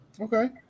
Okay